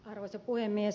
arvoisa puhemies